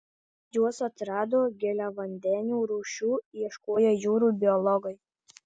juos atrado giliavandenių rūšių ieškoję jūrų biologai